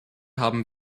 haben